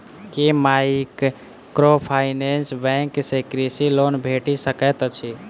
की microfinance bank सँ कृषि loan भेटि सकैत अछि?